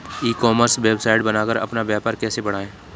ई commerce website बनाकर अपना व्यापार कैसे बढ़ाएँ?